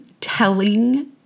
telling